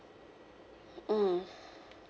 mm